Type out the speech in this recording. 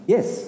Yes